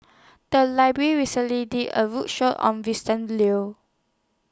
The Library recently did A roadshow on Vincent Leow